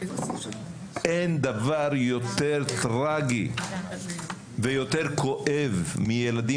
אין דבר יותר טרגי ויותר כואב מילדים